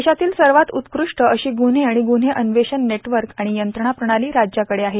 देशातील सर्वात उत्कृष्ट अशी ग्रुव्हे आणि ग्रुव्हे अन्वेषण नेटवर्क आणि यंत्रणा प्रणाली राज्याकडे आहे